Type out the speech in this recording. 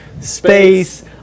space